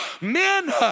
Men